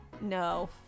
No